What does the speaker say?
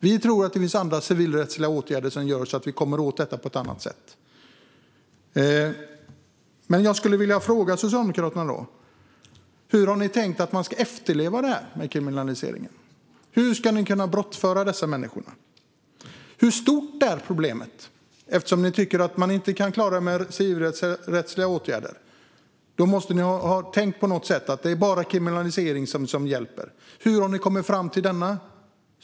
Vi menar att man kan vidta civilrättsliga åtgärder för att komma åt detta. Hur har Socialdemokraterna tänkt att kriminaliseringen ska efterlevas? Hur ska ni kunna lagföra dessa människor? Hur stort är problemet? Eftersom ni menar att man inte kan lösa det på civilrättslig väg måste ni ha tänkt att kriminalisering är det enda som hjälper. Hur har ni kommit fram till det?